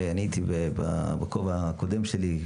אני הייתי בכובע הקודם שלי,